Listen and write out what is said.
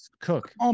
Cook